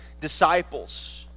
disciples